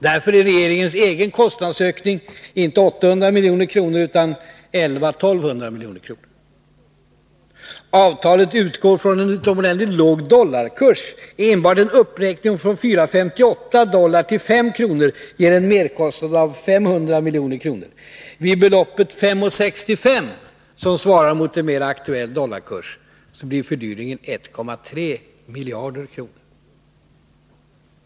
Därför är regeringens egen kostnadsökning inte 800 milj.kr. utan 1 100-1 200 milj.kr. Avtalet utgår från en utomordentligt låg dollarkurs. Enbart en uppräkning från 4:58 till 5 kr. ger en merkostnad på 500 milj.kr. Vid beloppet 5:65, som svarar mot en mera aktuell dollarkurs, blir fördyringen 1,3 miljarder kronor.